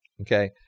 okay